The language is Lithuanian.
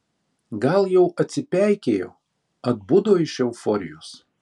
gal jau atsipeikėjo atbudo iš euforijos